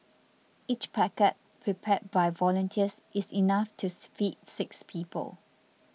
each packet prepared by volunteers is enough tooth feed six people